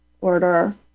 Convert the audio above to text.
order